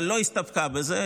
אבל לא הסתפקה בזה,